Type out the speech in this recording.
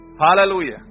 Hallelujah